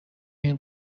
این